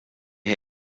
ha